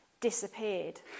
disappeared